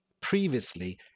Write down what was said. previously